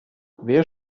wer